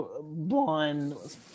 blonde